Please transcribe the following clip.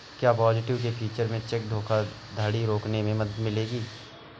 क्या positive pay feature से cheque धोखाधड़ी रोकने में मदद मिलेगी?